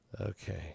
okay